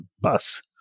bus